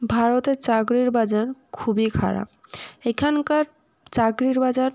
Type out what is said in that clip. ভারতের চাকরির বাজার খুবই খারাপ এখানকার চাকরির বাজার